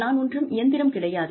நான் ஒன்றும் இயந்திரம் கிடையாது